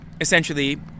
essentially